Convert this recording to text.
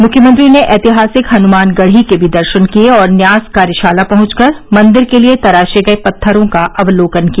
मुख्यमंत्री ने ऐतिहासिक हनुमानगढ़ी के भी दर्शन किये और न्यास कार्यशाला पहुंचकर मंदिर के लिये तराशे गये पत्थरों का अवलोकन किया